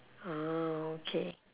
ah okay